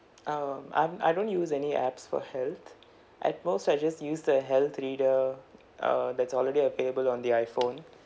um I'm I don't use any apps for health at most I just use the health reader err that's already available on the iphone